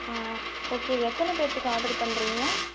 ம் ஓகே எத்தனை பேருத்துக்கு ஆட்ரு பண்ணுறீங்க